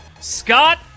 Scott